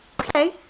Okay